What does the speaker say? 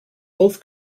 both